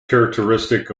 characteristic